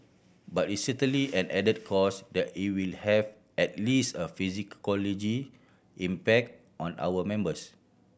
but it certainly an added cost that will have at least a impact on our members